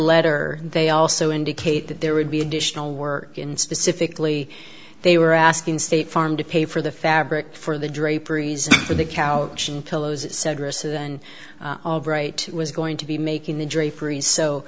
letter they also indicate that there would be additional work and specifically they were asking state farm to pay for the fabric for the draperies for the couch and pillows it said receive and albright was going to be making the draperies so